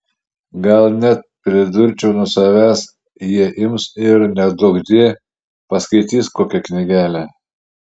gal net pridurčiau nuo savęs jie ims ir neduokdie paskaitys kokią knygelę